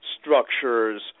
structures